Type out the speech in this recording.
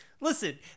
listen